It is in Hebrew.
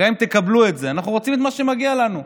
אנחנו רוצים את מה שמגיע לנו.